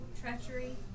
treachery